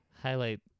highlight